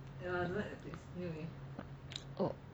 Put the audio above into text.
oh